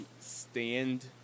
stand